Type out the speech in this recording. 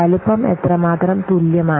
വലുപ്പം എത്രമാത്രം തുല്യമാണ്